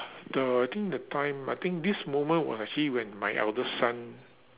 the I think the time I think this moment was actually when my eldest son